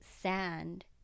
sand